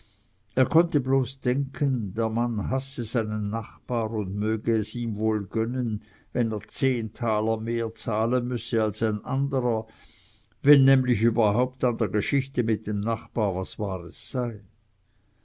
er konnte bloß denken der mann hasse seinen nachbar und möge ihm es wohl gönnen wenn er zehn taler mehr zahlen müsse als ein anderer wenn nämlich überhaupt an der geschichte mit dem nachbar was wahres sei